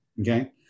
Okay